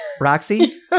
Roxy